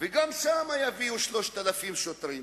וגם שם יביאו 3,000 שוטרים.